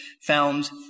found